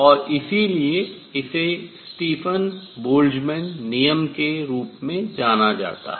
और इसीलिए इसे स्टीफन बोल्ट्जमैन नियम के रूप में जाना जाता है